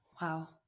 Wow